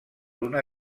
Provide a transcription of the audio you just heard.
una